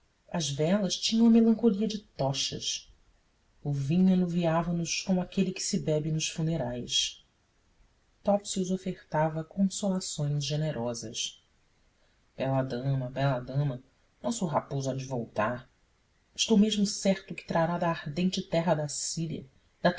as velas tinham a melancolia de tochas o vinho anuviava nos como aquele que se bebe nos funerais topsius ofertava consolações generosas bela dama bela dama o nosso raposo há de voltar estou mesmo certo que trará da ardente terra da síria